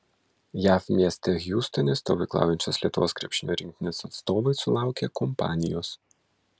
jav mieste hjustone stovyklaujančios lietuvos krepšinio rinktinės atstovai sulaukė kompanijos